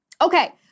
Okay